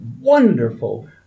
wonderful